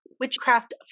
Witchcraft